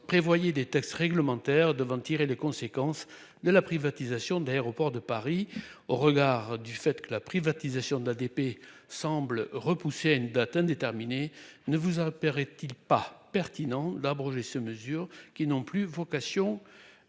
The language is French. Prévoyez des textes réglementaires doivent en tirer les conséquences de la privatisation d'aéroports de Paris. Au regard du fait que la privatisation d'ADP semble repoussé à une date indéterminée ne vous a repéré-t-il pas pertinent d'abroger se mesure qui n'ont plus vocation à